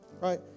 right